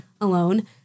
alone